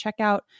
checkout